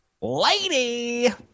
lady